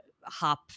hop